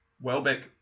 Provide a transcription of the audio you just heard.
Welbeck